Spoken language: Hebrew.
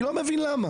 אני לא מבין למה.